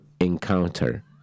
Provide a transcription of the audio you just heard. encounter